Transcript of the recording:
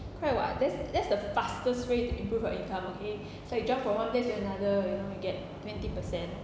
correct [what] that's that's the fastest way to improve your income okay so you jump from one place to another you know you get twenty percent